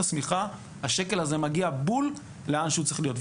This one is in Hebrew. השמיכה השקל הזה מגיע בול לאן שהוא צריך להיות.